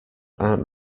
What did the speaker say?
aren’t